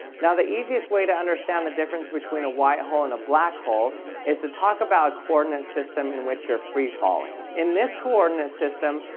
the easiest way to understand the difference between a white hole and a black hole is to talk about coordinate system in which you're free-falling in this coordinate system,